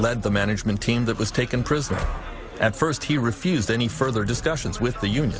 led the management team that was taken prisoner at first he refused any further discussions with the union